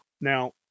now